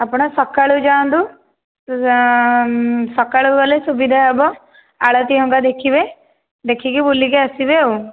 ଆପଣ ସକାଳୁ ଯାଆନ୍ତୁ ସକାଳୁ ଗଲେ ସୁବିଧା ହେବ ଆଳତି ହଙ୍କା ଦେଖିବେ ଦେଖିକି ବୁଲିକି ଆସିବେ ଆଉ